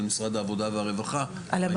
על משרד העבודה הרווחה והעניין הזה התקדם.